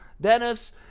Dennis